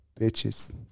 Bitches